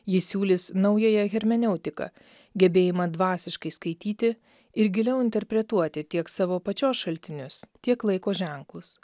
ji siūlys naująją hermeneutiką gebėjimą dvasiškai skaityti ir giliau interpretuoti tiek savo pačios šaltinius tiek laiko ženklus